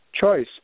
choice